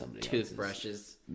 toothbrushes